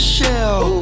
Shell